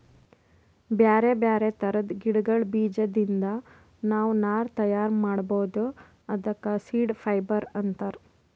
ಬ್ಯಾರೆ ಬ್ಯಾರೆ ಥರದ್ ಗಿಡಗಳ್ ಬೀಜದಿಂದ್ ನಾವ್ ನಾರ್ ತಯಾರ್ ಮಾಡ್ಬಹುದ್ ಅದಕ್ಕ ಸೀಡ್ ಫೈಬರ್ ಅಂತಾರ್